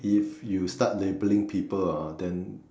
if you start labelling people ah then